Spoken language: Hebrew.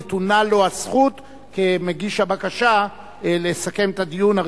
נתונה לו הזכות כמגיש הבקשה לסכם את הדיון.